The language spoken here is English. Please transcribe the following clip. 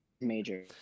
major